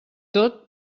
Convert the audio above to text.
tot